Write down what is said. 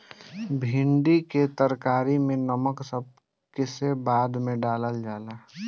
भिन्डी के तरकारी में नमक सबसे बाद में डालल जाला